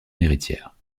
héritière